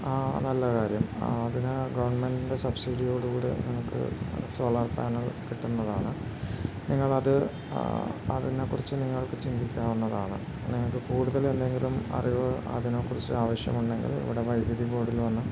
ആ നല്ല കാര്യം അതിന് ഗവൺമെൻ്റിൻ്റെ സബ്സിഡിയോടുകൂടെ നിങ്ങൾക്ക് സോളാർ പാനൽ കിട്ടുന്നതാണ് നിങ്ങളത് അതിനെക്കുറിച്ച് നിങ്ങൾക്ക് ചിന്തിക്കാവുന്നതാണ് നിങ്ങൾക്ക് കൂടുതൽ എന്തെങ്കിലും അറിവ് അതിനെക്കുറിച്ച് ആവശ്യമുണ്ടെങ്കിൽ ഇവിടെ വൈദ്യുതി ബോർഡിൽ വന്ന്